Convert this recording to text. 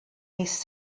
mis